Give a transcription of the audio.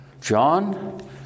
John